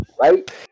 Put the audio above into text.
right